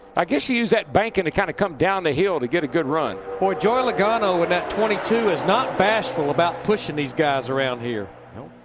i guess you use that banking to kind of come down the hill to get a good run. joey logano in that twenty two is not bashful about pushing these guys around here no.